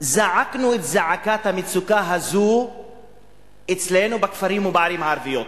זעקנו את זעקת המצוקה הזו אצלנו בכפרים ובערים הערביים,